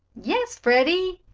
yes, freddie.